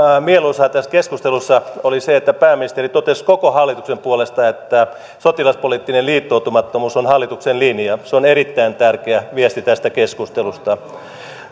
mieluisaa tässä keskustelussa oli se että pääministeri totesi koko hallituksen puolesta että sotilaspoliittinen liittoutumattomuus on hallituksen linja se on erittäin tärkeä viesti tästä keskustelusta